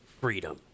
freedom